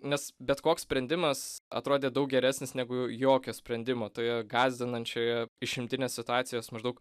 nes bet koks sprendimas atrodė daug geresnis negu jokio sprendimo toje gąsdinančioje išimtinės situacijos maždaug